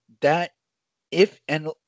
that—if—and